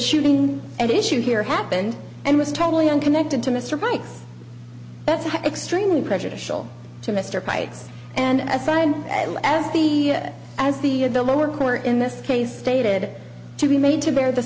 shooting at issue here happened and was totally unconnected to mr bikes that's extremely prejudicial to mr pike's and assigned as the as the the lower court in this case stated to be made to bear the